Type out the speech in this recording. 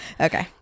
okay